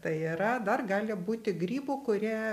tai yra dar gali būti grybų kurie